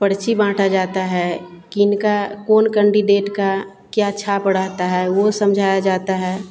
पर्ची बाँटी जाती है किनका कौन कंडीडेट का क्या छाप रहता है वह समझाया जाता है